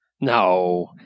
no